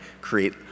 create